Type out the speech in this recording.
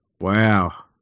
Wow